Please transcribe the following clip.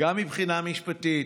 גם מבחינה משפטית,